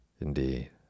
Indeed